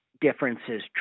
differences